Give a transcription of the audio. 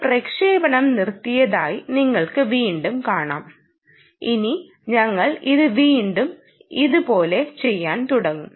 അത് പ്രക്ഷേപണം നിർത്തിയതായി നിങ്ങൾക്ക് വീണ്ടും കാണാം ഇനി ഞങ്ങൾ ഇത് വീണ്ടും ഇരുപോലെ ചെയ്യാൻ തുടക്കും